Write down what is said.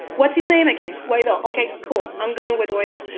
what's his name again? wait. ok, cool. i'm going with oil.